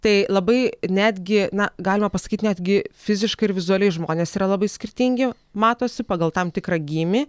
tai labai netgi na galima pasakyt netgi fiziškai ir vizualiai žmonės yra labai skirtingi matosi pagal tam tikrą gymį